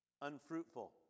unfruitful